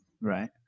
Right